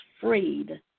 freed